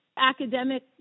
academic